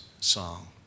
song